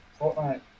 Fortnite